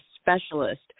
specialist